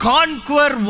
Conquer